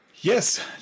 Yes